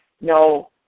no